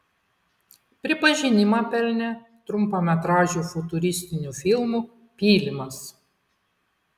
pripažinimą pelnė trumpametražiu futuristiniu filmu pylimas